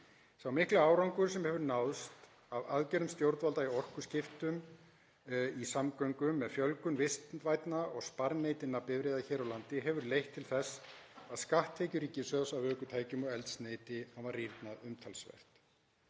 Sá mikli árangur sem hefur náðst af aðgerðum stjórnvalda í orkuskiptum í samgöngum með fjölgun vistvænna og sparneytinna bifreiða hér á landi hefur leitt til þess að skatttekjur ríkissjóðs af ökutækjum og eldsneyti hafa rýrnað umtalsvert.